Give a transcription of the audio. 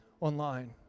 online